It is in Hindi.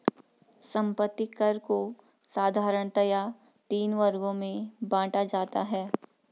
संपत्ति कर को साधारणतया तीन वर्गों में बांटा जाता है